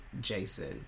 jason